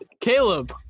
Caleb